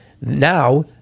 Now